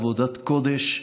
עבודת קודש.